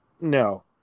no